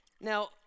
now